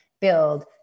build